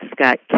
Scott